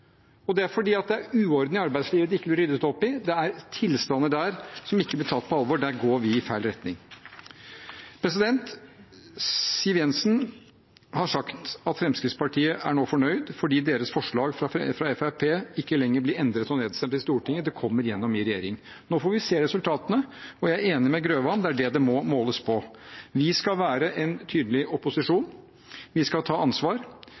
faller. Det er fordi det er uorden i arbeidslivet som det ikke blir ryddet opp i, og det er tilstander der som ikke blir tatt på alvor. Der går man i feil retning. Siv Jensen har sagt at Fremskrittspartiet nå er fornøyd fordi deres forslag ikke lenger blir endret og nedstemt i Stortinget, men kommer gjennom i regjeringen. Nå får vi se resultatene, og jeg er enig med representanten Grøvan i at det er dem det må måles på. Vi skal være en tydelig opposisjon, vi skal ta ansvar,